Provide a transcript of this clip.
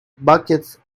buckets